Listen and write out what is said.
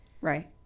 Right